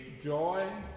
joy